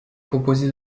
composée